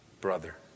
brother